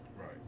Right